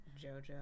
JoJo